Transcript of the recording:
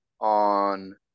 on